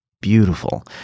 beautiful